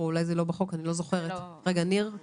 התאחדות המלונות.